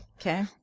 Okay